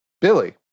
Billy